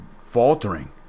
faltering